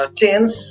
change